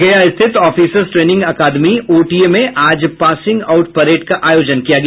गया स्थित officers training academy OTA में आज पासिंग आउट परेड का आयोजन किया गया